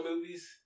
movies